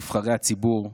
נבחרי הציבור,